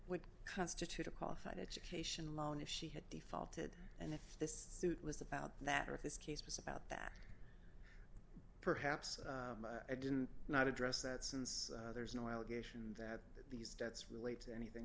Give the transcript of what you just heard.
would constitute a qualified education loan if she had defaulted and if this suit was about that or if this case was about that perhaps i didn't not address that since there is no allegation that these debts relate to anything